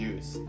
Use